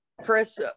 Chris